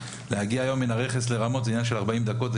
להגיע היום מן הרכס לרמות זה עניין של 40 דקות.